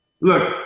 Look